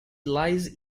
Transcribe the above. lies